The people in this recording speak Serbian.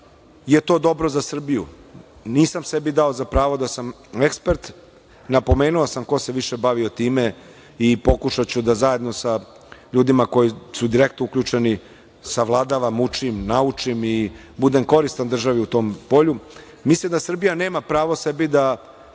je to dobro za Srbiju. Nisam sebi dao za pravo da sam ekspert, napomenuo sam ko se više bavio time i pokušaću da zajedno da ljudima koji su direktno uključeni savladavam, učim, naučim i budem koristan državi u tom polju. Mislim da Srbija nema pravo sebe da